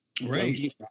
right